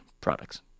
products